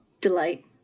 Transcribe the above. delight